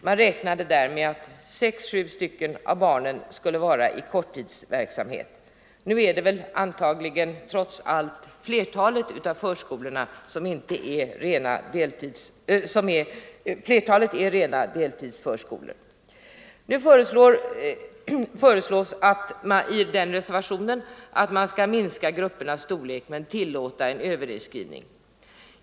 Man räknade där med att sex-sju av barnen skulle ingå i korttidsverksamhet. Nu är antagligen trots allt flertalet av förskolorna rena deltidsförskolor. Det föreslås i reservationen 4 att man skall minska gruppernas storlek men tillåta en överinskrivning.